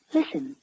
Listen